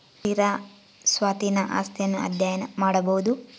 ಸ್ಥಿರ ಸ್ವತ್ತಿನ ಆಸ್ತಿಯನ್ನು ಅಧ್ಯಯನ ಮಾಡಬೊದು